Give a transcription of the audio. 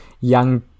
young